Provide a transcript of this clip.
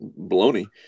baloney